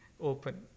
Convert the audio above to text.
open